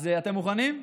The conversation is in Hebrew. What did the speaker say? אז אתם מוכנים?